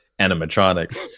animatronics